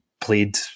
played